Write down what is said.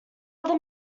other